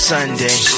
Sunday